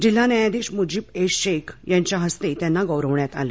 जिल्हा न्यायाधीश मुजीब एस शेख यांच्या हस्ते त्यांना गौरवण्यात आलं